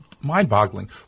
mind-boggling –